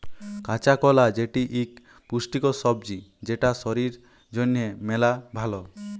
কাঁচা কলা যেটি ইক পুষ্টিকর সবজি যেটা শরীর জনহে মেলা ভাল